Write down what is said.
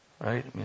right